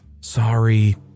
Sorry